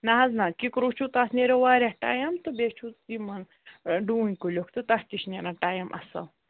نہَ حظ نہَ کِکروٗ چھُو تَتھ نَیرِو واریاہ ٹایم تہٕ بیٚیہِ چھُو یِمَن ڈوٗنۍ کُلیُک تہٕ تَتھ تہِ چھِ نیران ٹایم اَصٕل